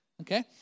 okay